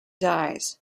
dies